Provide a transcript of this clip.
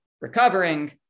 recovering